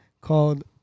called